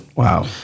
Wow